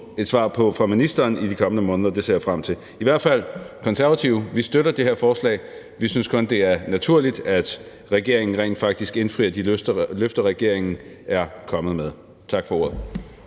et svar på af ministeren i de kommende måneder. Det ser jeg frem til. Det Konservative Folkeparti støtter i hvert fald det her forslag. Vi synes kun, det er naturligt, at regeringen rent faktisk indfrier de løfter, som regeringen er kommet med. Tak for ordet.